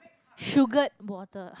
sugared water